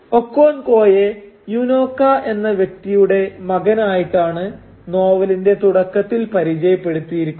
ഒക്കോൻകോയെ Unoka എന്ന വ്യക്തിയുടെ മകനായിട്ടാണ് നോവലിന്റെ തുടക്കത്തിൽ പരിചയപ്പെടുത്തിയിരിക്കുന്നത്